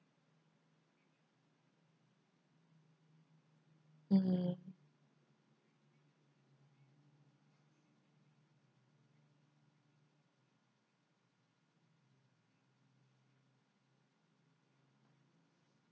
mmhmm